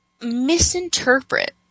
misinterpret